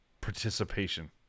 participation